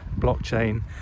blockchain